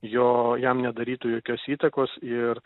jo jam nedarytų jokios įtakos ir